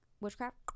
witchcraft